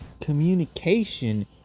Communication